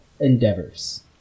endeavors